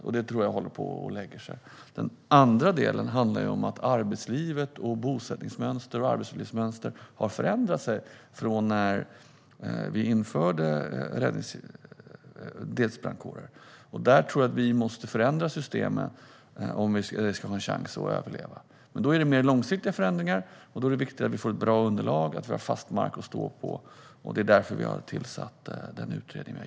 Den tror jag dock håller på att lägga sig. Den andra delen handlar om att arbetslivs och bosättningsmönster har förändrats sedan vi införde deltidsbrandkårer. Jag tror att vi måste förändra systemet om det ska ha en chans att överleva. Det handlar om mer långsiktiga förändringar. Därför är det viktigt att vi får ett bra underlag och att vi har fast mark att stå på. Av den anledningen har vi tillsatt utredningen.